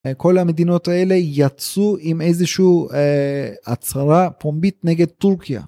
כל המדינות האלה יצאו עם איזושהי הצהרה פומבית נגד טורקיה.